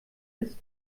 ist